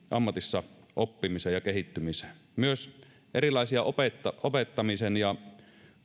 ammatissa oppimiseen ja kehittymiseen myös erilaisia opettamisen opettamisen ja